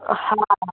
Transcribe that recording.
हा